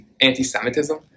anti-semitism